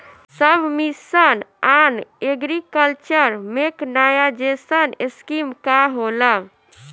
सब mission on agriculture mechanization scheme का होला?